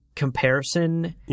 comparison